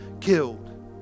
killed